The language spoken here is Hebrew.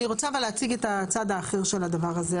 אני רוצה להציג את הצד האחר של הדבר הזה.